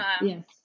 yes